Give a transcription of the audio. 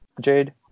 Jade